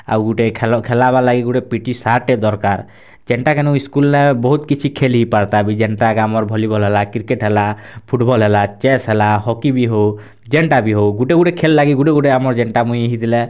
ଆଉ ଗୁଟେ ଖେଲ ଖେଲାବାର୍ ଲାଗି ଗୁଟେ ପି ଇ ଟି ସାର୍ଟେ ଦର୍କାର୍ ଯେନ୍ଟା କେନୁ ଇସ୍କୁଲ୍ ନେ ବହୁତ୍ କିଛି ଖେଲି ହିପାର୍ତା ବି ଯେନ୍ତାକି ଆମର୍ ଭଲିବଲ୍ ହେଲା କ୍ରିକେଟ୍ ହେଲା ଫୁଟ୍ବଲ୍ ହେଲା ଚେସ୍ ହେଲା ହକି ବି ହଉ ଯେନ୍ଟା ବି ହଉ ଗୁଟେ ଗୁଟେ ଖେଲ୍ ଲାଗି ଗୁଟେ ଗୁଟେ ଆମର୍ ଯେନ୍ଟା ମୁଇଁ ହେଇଥିଲେ